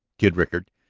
kid rickard,